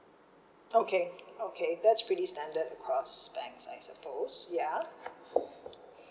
okay okay that's pretty standard across bank I suppose ya